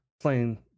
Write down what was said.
playing